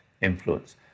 influence